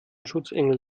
schutzengel